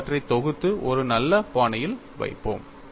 நாம் அவற்றை தொகுத்து ஒரு நல்ல பாணியில் வைப்போம்